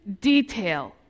detail